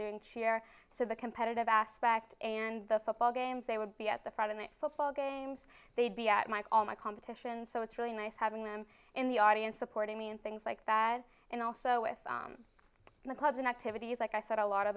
doing cheer so the competitive aspect and the football games they would be at the front of the football games they'd be at my all my competitions so it's really nice having them in the audience supporting me and things like that and also with the clubs and activities like i said a lot of